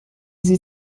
sie